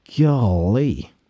Golly